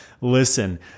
Listen